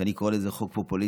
שאני קורא לזה חוק פופוליסטי,